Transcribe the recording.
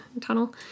tunnel